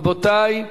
אם כן, רבותי,